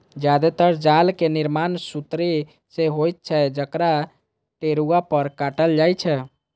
जादेतर जालक निर्माण सुतरी सं होइत छै, जकरा टेरुआ पर काटल जाइ छै